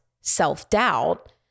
self-doubt